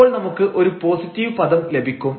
അപ്പോൾ നമുക്ക് ഒരു പോസിറ്റീവ് പദം ലഭിക്കും